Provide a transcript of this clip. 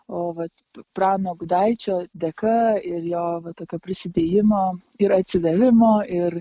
o vat prano gudaičio dėka ir jo tokio prisidėjimo ir atsidavimo ir